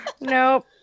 nope